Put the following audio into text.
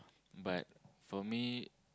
but for me